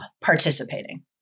participating